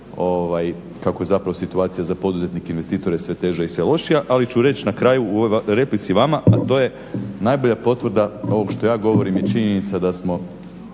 kako je zapravo situacija za poduzetnike i investitore sve teža i sve lošija, ali ću reći na kraju u replici vama a to je najbolja potvrda ovog što ja govorim, je činjenica da smo